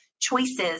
choices